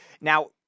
Now